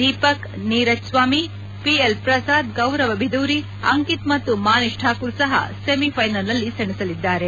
Deepak Neeraj Swami P L Prasad Gaurav Bidhuri Ankit ಮತ್ತು ಮಾನಿಷ್ ಠಾಕೂರ್ ಸಹ semifinal ನಲ್ಲಿ ಸಣಸಲಿದ್ದಾರೆ